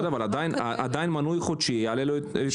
כן, אבל עדיין מנוי חודשי יעלה לו יותר זול.